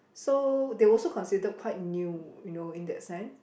so they also considered quite new you know in that sense